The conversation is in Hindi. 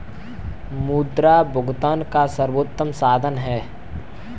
मुद्रा भुगतान का सर्वोत्तम साधन है